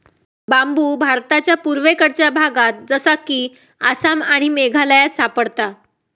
बांबु भारताच्या पुर्वेकडच्या भागात जसा कि आसाम आणि मेघालयात सापडता